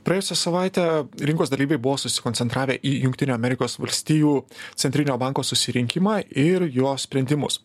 praėjusią savaitę rinkos dalyviai buvo susikoncentravę į jungtinių amerikos valstijų centrinio banko susirinkimą ir jo sprendimus